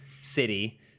city